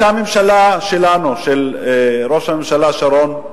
היתה ממשלה שלנו, של ראש הממשלה שרון,